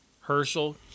Herschel